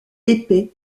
épais